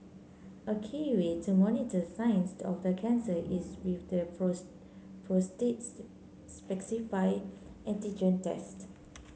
a key way to monitor signs the of the cancer is with the prostates specific antigen test